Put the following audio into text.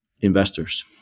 investors